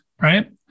right